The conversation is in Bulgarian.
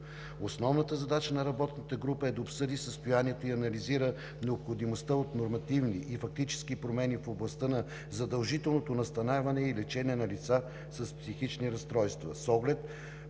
Основната задача на работната група е да обсъди състоянието и анализира необходимостта от нормативни и фактически промени в областта на задължителното настаняване и лечение на лица с психични разстройства с оглед